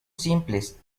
simples